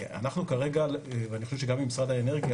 אנחנו כרגע ואני חושב שגם עם משרד האנרגיה,